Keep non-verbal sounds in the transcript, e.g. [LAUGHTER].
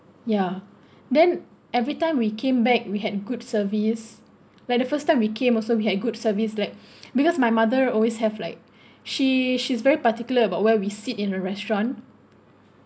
ya then every-time we came back we had good service when the first time we came also we had good service like [BREATH] because my mother always have like she she's very particular about where we sit in a restaurant